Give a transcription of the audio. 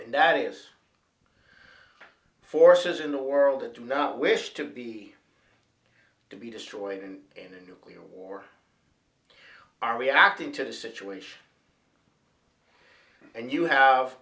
and that is the forces in the world that do not wish to be to be destroyed and in a nuclear war are reacting to the situation and you have